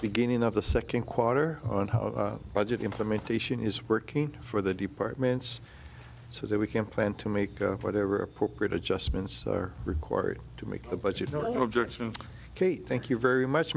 beginning of the second quarter on how budget implementation is working for the departments so that we can plan to make whatever appropriate adjustments are required to make a budget no objection kate thank you very much